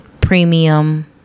premium